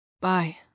Bye